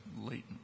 latent